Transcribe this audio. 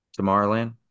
Tomorrowland